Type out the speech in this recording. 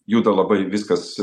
juda labai viskas